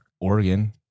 Oregon